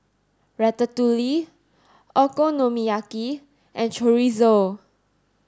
Ratatouille Okonomiyaki and Chorizo